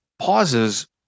Pauses